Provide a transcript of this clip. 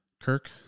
Kirk